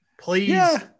Please